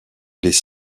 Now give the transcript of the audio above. les